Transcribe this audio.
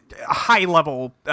high-level